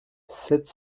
sept